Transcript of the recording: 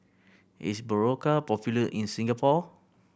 is Berocca popular in Singapore